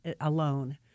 alone